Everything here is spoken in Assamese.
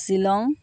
শ্বিলং